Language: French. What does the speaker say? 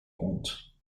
compte